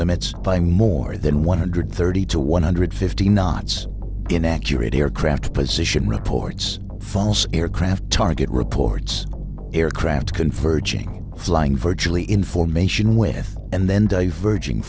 limits by more than one hundred thirty to one hundred fifty knots in accurate aircraft position reports false aircraft target reports aircraft converging flying virtually information with and then diverging